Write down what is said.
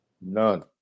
None